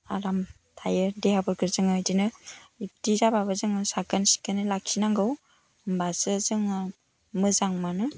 आराम थायो देहाफोरखौ जोङो बिदिनो बिदि जाबाबो जोङो साखोन सिखोनै लाखिनांगौ होनबासो जोङो मोजां मोनो